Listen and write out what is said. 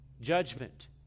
judgment